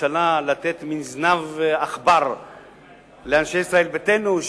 הממשלה לתת מין זנב עכבר לאנשי ישראל ביתנו,